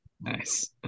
Nice